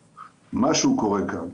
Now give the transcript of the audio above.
משהו קורה כאן.